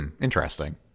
Interesting